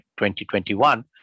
2021